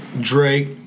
Drake